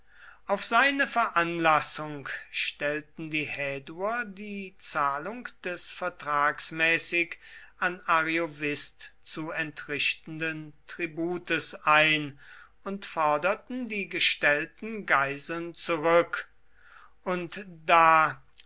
auf seine veranlassung stellten die häduer die zahlung des vertragsmäßig an ariovist zu entrichtenden tributes ein und forderten die gestellten geiseln zurück und da